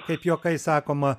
kaip juokais sakoma